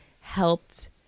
helped